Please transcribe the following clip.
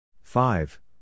five